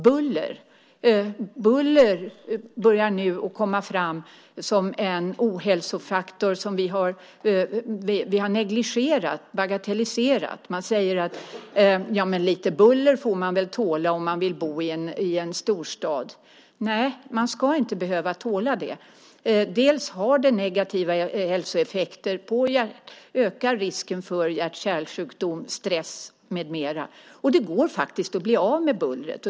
Buller börjar nu uppmärksammas som en ohälsofaktor som vi har negligerat och bagatelliserat. Man säger: Lite buller får man väl tåla om man vill bo i en storstad. Nej, man ska inte behöva tåla det. Det har negativa hälsoeffekter. Det ökar risken för hjärt-kärlsjukdomar, stress med mera. Det går faktiskt att bli av med bullret.